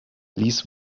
ließ